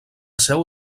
seu